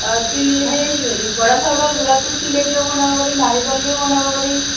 অঁ তিলে সেই হেৰি বৰা চাউলৰ গুড়াটো তিলেদিও বনাব পাৰি নাৰিকল দিও বনাব পাৰি